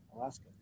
Alaska